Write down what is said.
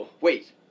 wait